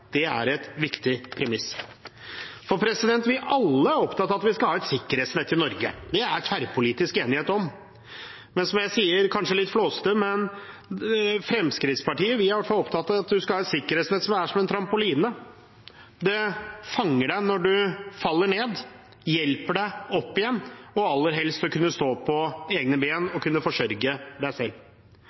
Det er et viktig premiss. Vi er alle opptatt av at vi skal ha et sikkerhetsnett i Norge. Det er det tverrpolitisk enighet om. Som jeg sier, kanskje litt flåsete: Vi i Fremskrittspartiet er opptatt av at man skal ha et sikkerhetsnett som er som en trampoline, som fanger deg når du faller ned, hjelper deg opp igjen og aller helst til å stå på egne ben og til å kunne forsørge deg selv.